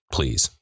Please